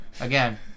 Again